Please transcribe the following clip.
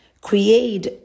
create